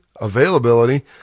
availability